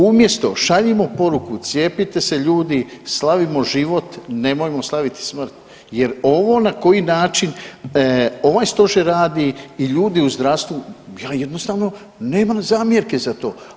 Umjesto šaljimo poruku cijepite se ljudi, slavimo život, nemojmo slaviti smrt jer ono na koji način ovaj stožer radi i ljudi u zdravstvu ja jednostavno nemam zamjerki za to.